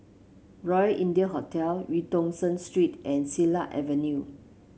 Royal India Hotel Eu Tong Sen Street and Silat Avenue